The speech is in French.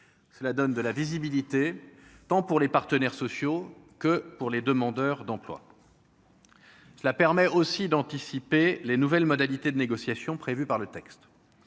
cela donne de la visibilité tant pour les partenaires sociaux que pour les demandeurs d'emploi, cela permet aussi d'anticiper les nouvelles modalités de négociation prévues par le texte,